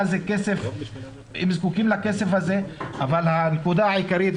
הנקודה העיקרית,